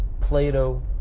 Plato